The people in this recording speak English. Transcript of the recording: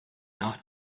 not